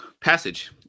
passage